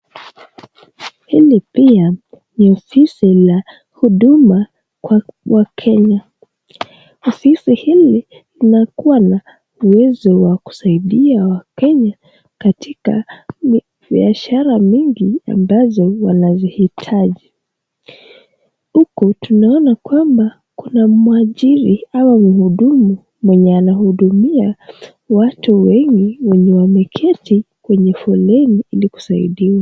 Hii pia ni ofisi la huduma kwa wakenya. Ofisi hii inakuwa na uwezo wa kusaidia wakenya katika biashara mingi ambazo wanazihitaji huku tunaona kwamba kuna mwajiri ama mhudumu mwenye anahudumia watu wengi wenye wameketi kwenye foleni ile kusaidia.